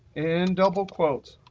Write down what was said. in, double quotes,